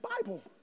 Bible